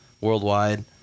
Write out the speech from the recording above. worldwide